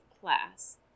class